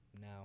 now